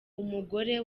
umugore